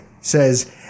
says